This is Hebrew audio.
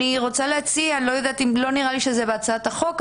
אני רוצה להציע לא נראה לי שזה בהצעת החוק,